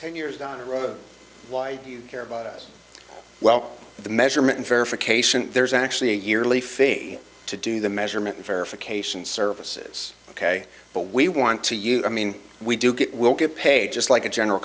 initial years down the road why do you care about us well the measurement of verification there's actually a yearly fee to do the measurement verification services ok but we want to use i mean we do get we'll get paid just like a general